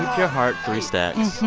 your heart three stacks.